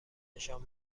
نشان